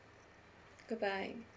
goodbye